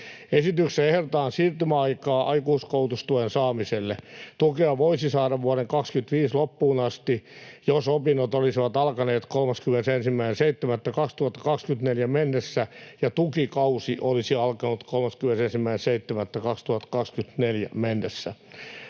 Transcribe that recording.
Esityksessä ehdotetaan siirtymäaikaa aikuiskoulutustuen saamiselle. Tukea voisi saada vuoden 25 loppuun asti, jos opinnot olisivat alkaneet 31.7.2024 mennessä ja tukikausi olisi alkanut 31.7.2024 mennessä.